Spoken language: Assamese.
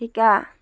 শিকা